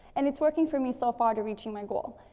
and it's working for me so far to reaching my goal.